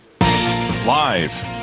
Live